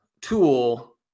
tool